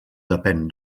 depèn